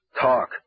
Talk